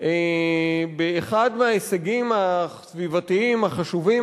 באחד מההישגים הסביבתיים החשובים,